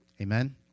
Amen